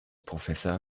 professor